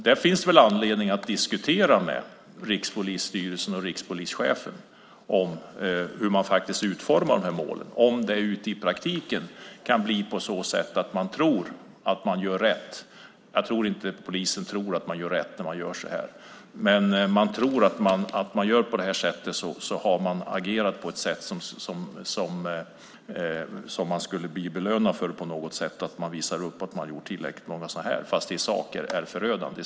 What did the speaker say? Där finns det väl anledning att diskutera med Rikspolisstyrelsen och rikspolischefen om hur man faktiskt utformar de här målen om det ute i praktiken kan bli så att man tror att man gör rätt. Jag tror inte att polisen tror att man gör rätt när man gör så här, men man tror att om man gör på det här sättet har man agerat på ett sätt som man bör bli belönad för när man visar upp att man har gjort detta tillräckligt många gånger, fast det i sak är förödande.